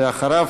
ואחריו,